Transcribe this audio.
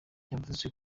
yavuze